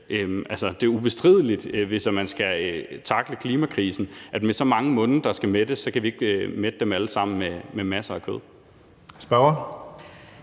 det er ubestrideligt, hvis man skal tackle klimakrisen, at med så mange munde, der skal mættes, kan vi ikke mætte dem alle sammen med masser af kød.